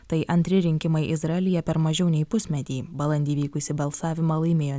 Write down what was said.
tai antri rinkimai izraelyje per mažiau nei pusmetį balandį vykusį balsavimą laimėjo